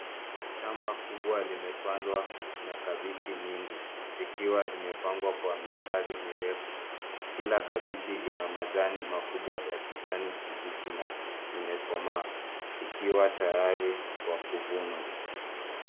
Shamba kubwa limepandwa na kabeji nyingi zikiwa zimepangwa kwa mistari mirefu. Kila kabeji ina majani makubwa ya kijani kibichi na imekomaa ikiwa tayari kwa kuvunwa.